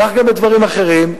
כך גם בדברים אחרים,